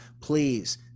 please